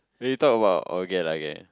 when you talk about okay lah okay